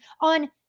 on